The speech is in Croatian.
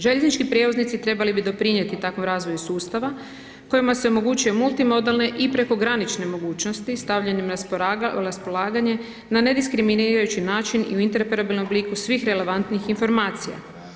Željeznički prijevoznici trebali bi doprinijeti takvom razvoju sustava kojima se omogućuje multimodelne i prekogranične mogućnosti stavljanjem na raspolaganje, na ne diskriminirajući način i u interoperabilnom obliku svih relevantnih informacija.